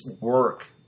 work